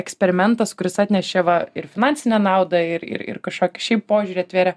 eksperimentas kuris atnešė va ir finansinę naudą ir ir ir kažkokį šiaip požiūrį atvėrė